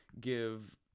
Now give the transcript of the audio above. give